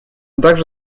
также